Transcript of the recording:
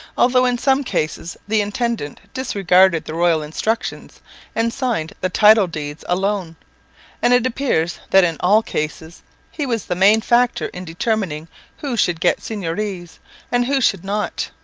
although in some cases the intendant disregarded the royal instructions and signed the title-deeds alone and it appears that in all cases he was the main factor in determining who should get seigneuries and who should not.